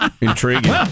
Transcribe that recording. Intriguing